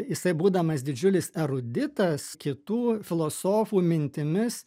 jisai būdamas didžiulis eruditas kitų filosofų mintimis